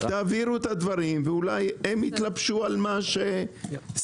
תעבירו את הדברים ואולי הם "יתלבשו" על מה שסיכמתם